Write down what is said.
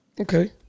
Okay